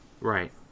Right